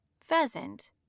Pheasant